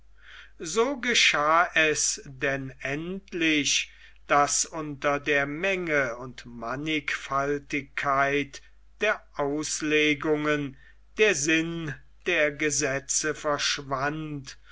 so geschah es denn endlich daß unter der menge und mannigfaltigkeit der auslegungen der sinn der gesetze verschwand